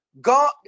god